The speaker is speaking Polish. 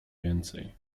więcej